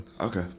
Okay